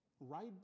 right